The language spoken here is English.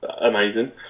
amazing